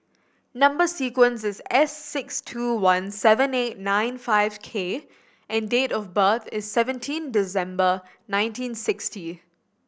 number sequence is S six two one seven eight nine five K and date of birth is seventeen December nineteen sixty